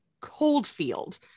Coldfield